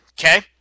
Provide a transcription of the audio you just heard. Okay